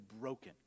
broken